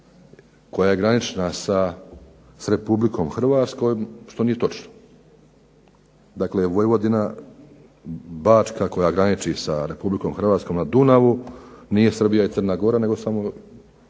koja je granična s Republikom Hrvatskom, što nije točno. Dakle, Vojvodina, Bačka koja graniči sa RH na Dunavu nije Srbija i Crna Gora nego samo